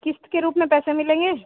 किस्त के रूपए में पैसे मिलेंगे